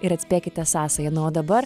ir atspėkite sąsaja na o dabar